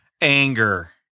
anger